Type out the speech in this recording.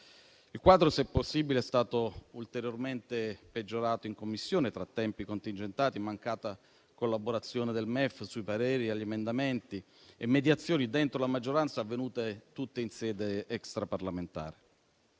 Il quadro, se è possibile, è stato ulteriormente peggiorato in Commissione tra tempi contingentati, mancata collaborazione del MEF sui pareri agli emendamenti e mediazioni dentro la maggioranza avvenute tutte in sede extraparlamentare.